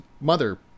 Mother